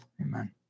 Amen